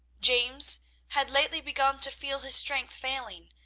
james had lately begun to feel his strength failing,